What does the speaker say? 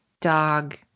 dog